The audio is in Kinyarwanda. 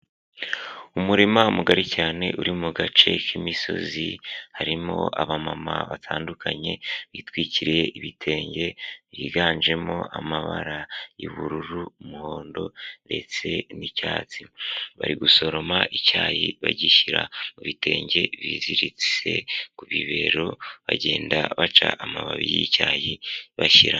Umurima mugari cyane uri mu gace k'imisozi, harimo abamama batandukanye bitwikiriye ibitenge byiganjemo amabara y'ubururu, umuhondo, ndetse n'icyatsi. Bari gusoroma icyayi bagishyira mu bitenge biziritse ku bibero, bagenda baca amababi y'icyayi bashyiramo.